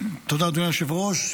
תודה, אדוני היושב-ראש.